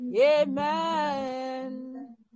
Amen